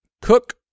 Cook